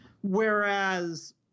Whereas